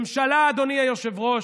ממשלה, אדוני היושב-ראש,